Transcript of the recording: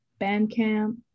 Bandcamp